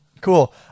Cool